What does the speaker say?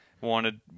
wanted